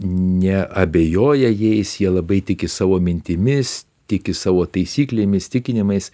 neabejoja jais jie labai tiki savo mintimis tiki savo taisyklėmis tikinimais